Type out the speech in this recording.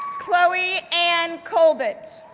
chloe ann kolbet,